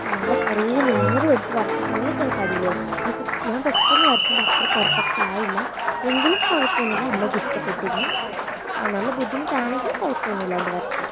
നല്ല കുറേ നേരമെടുത്ത് വരച്ചിട്ടുണ്ടെങ്കിൽ ചിലപ്പം അടിപൊളിയാകും ഇത് ഞാൻ പെട്ടെന്ന് വരച്ചതുകൊണ്ട് അത്ര പെർഫെക്ട്ടായില്ല എങ്കിലും കുഴപ്പമൊന്നുമില്ല അമ്മയ്ക്കിഷ്ടപ്പെട്ടിരുന്നു ആ നല്ല ബുദ്ധിമുട്ടാണെങ്കിലും കുഴപ്പമൊന്നുമില്ലാണ്ട് വരച്ചു